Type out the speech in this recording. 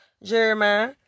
Jeremiah